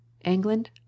England